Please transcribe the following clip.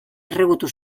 erregutu